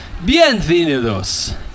Bienvenidos